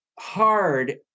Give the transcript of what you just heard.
hard